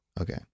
okay